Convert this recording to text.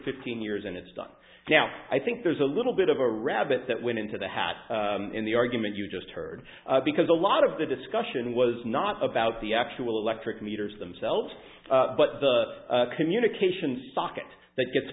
fifteen years and it's done now i think there's a little bit of a rabbit that went into the hat in the argument you just heard because a lot of the discussion was not about the actual electric meters themselves but the communication socket that gets